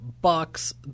Bucks